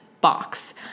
box